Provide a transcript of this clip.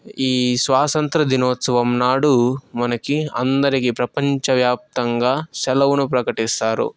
ఈ స్వాతంత్ర దినోత్సవం నాడు మనకి అందరికీ ప్రపంచ వ్యాప్తంగా సెలవులు ప్రకటిస్తారు